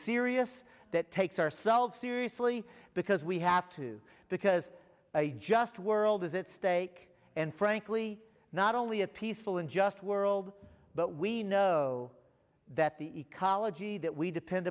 serious that takes ourselves seriously because we have to because i just world is it stake and frankly not only a peaceful and just world but we know that the ecology that we depend